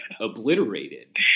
obliterated